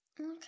Okay